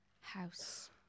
house